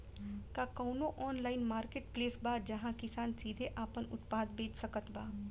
का कउनों online marketplace बा जहां किसान सीधे आपन उत्पाद बेच सकत बा?